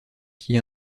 qui